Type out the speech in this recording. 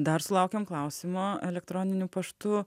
dar sulaukėm klausimo elektroniniu paštu